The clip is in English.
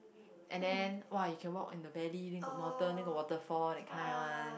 and then !wah! you can in the valley then got mountain then got waterfall that kind one